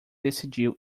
decidiu